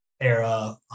Era